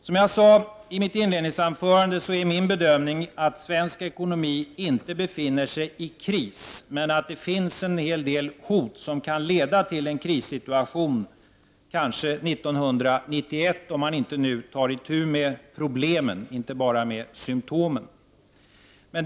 Som jag sade i mitt inledningsanförande är min bedömning att svensk ekonomi inte befinner sig i kris men att det finns en hel del hot som kan leda till en krissituation, kanske 1991, om man nu inte tar itu med problemen utan bara symtomen.